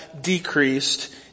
decreased